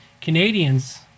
Canadians